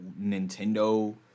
Nintendo